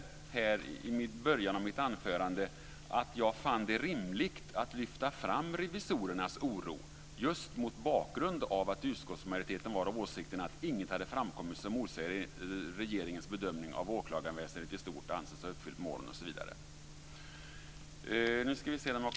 Jag nämnde i början av mitt anförande att jag fann det rimligt att lyfta fram revisorernas oro, just mot bakgrund av att utskottsmajoriteten var av åsikten att inget hade framkommit som motsade regeringens bedömning att åklagarväsendet i stort ansågs ha uppfyllt målen.